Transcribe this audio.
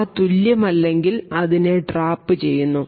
അവ തുല്യമല്ലെങ്കിൽ അതിനെ ട്രാപ് ചെയ്യുന്നു